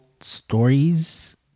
stories